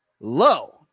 low